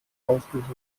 ausgesucht